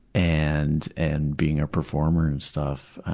and and being a performer and stuff.